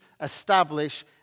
Establish